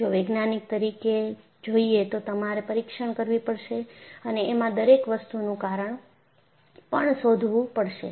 જો વૈજ્ઞાનિક તરીકે જોઈએ તો તમારે પરીક્ષણ કરવી પડશે અને એમાં દરેક વસ્તુનું કારણ પણ શોધવું પડશે